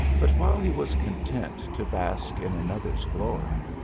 but while he was content to bask in another's glory,